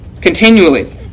Continually